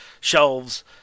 shelves